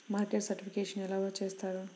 Market certification ఎలా చేస్తారు?